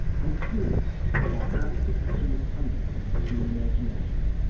i'm curious about how this depiction was conjured from human imagination.